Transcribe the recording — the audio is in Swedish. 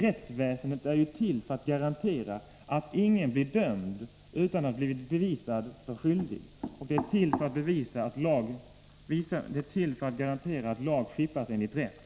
Rättsväsendet är ju till för att garantera att ingen blir dömd utan att ha befunnits skyldig. Det är till för att garantera att rätt skipas enligt lag.